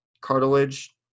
cartilage